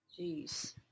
Jeez